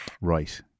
Right